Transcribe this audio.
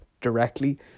directly